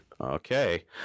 okay